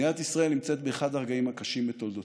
מדינת ישראל נמצאת באחד הרגעים הקשים בתולדותיה.